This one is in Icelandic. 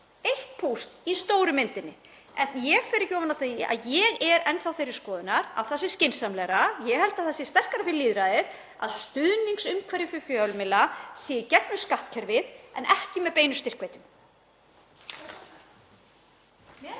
eitt púsl í stóru myndinni. En ég fer ekki ofan af því að ég er enn þá þeirrar skoðunar að það sé skynsamlegra, ég held að það sé sterkara fyrir lýðræðið, að stuðningsumhverfi fyrir fjölmiðla sé í gegnum skattkerfið en ekki með beinu styrkveitingum.